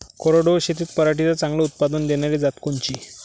कोरडवाहू शेतीत पराटीचं चांगलं उत्पादन देनारी जात कोनची?